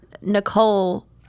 Nicole